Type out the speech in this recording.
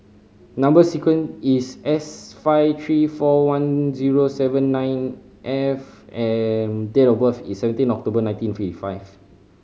number sequence is S five three four one zero seven nine F and date of birth is seventeen October nineteen fifty five